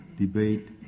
debate